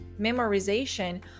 memorization